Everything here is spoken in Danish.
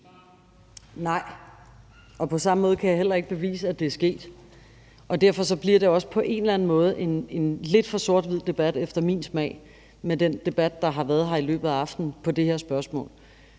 Nej. Og på samme måde kan jeg heller ikke bevise, at det er sket. Derfor bliver det også på en eller anden måde en lidt for sort-hvid debat efter min smag med den debat, der har været her i løbet af aftenen om det her spørgsmål.